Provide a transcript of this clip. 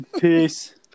Peace